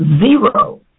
zero